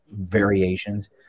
variations –